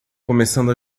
começando